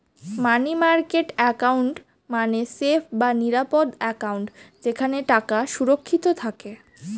মানি market account মানে safe বা নিরাপদ অ্যাকাউন্ট যেখানে টাকা সুরক্ষিত থাকে